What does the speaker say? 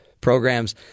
programs—